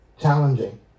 challenging